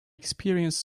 experience